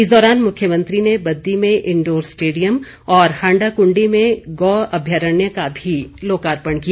इस दौरान मुख्यमंत्री ने बद्दी में इंडोर स्टेडियम और हांडा कुंडी में गौ अभ्यारण्य का भी लोकार्पण किया